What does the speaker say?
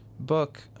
book